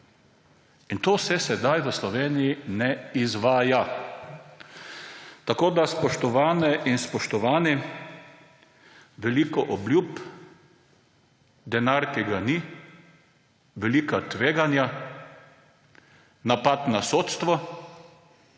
In to se sedaj v Sloveniji ne izvaja. Tako da, spoštovane in spoštovani, veliko obljub, denar, ki ga ni, velika tveganja, napad na sodstvo.